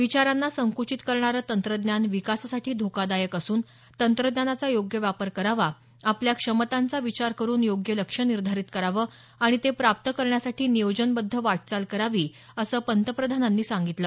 विचारांना संक्चित करणारं तंत्रज्ञान विकासासाठी धोकादायक असून तंत्रज्ञानाचा योग्य वापर करावा आपल्या क्षमतांचा विचार करून योग्य लक्ष्य निर्धारित करावं आणि ते प्राप्त करण्यासाठी नियोजनबद्ध वाटचाल करावी असं पंतप्रधानांनी सांगितलं